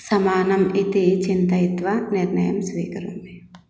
समानम् इति चिन्तयित्वा निर्णयं स्वीकरोमि